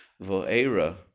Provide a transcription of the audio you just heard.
Vo'era